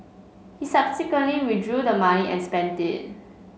he subsequently withdrew the money and spent it